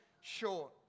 short